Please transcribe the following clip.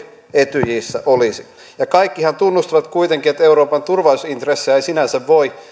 etyjissä olisi ja kaikkihan tunnustavat kuitenkin että euroopan turvallisuusintressejä ei sinänsä voi